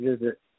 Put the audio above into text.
visit